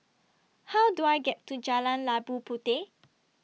How Do I get to Jalan Labu Puteh